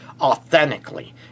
authentically